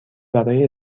برای